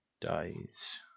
dies